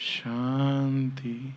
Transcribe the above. Shanti